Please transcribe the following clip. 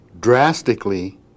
drastically